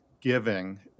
giving